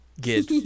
get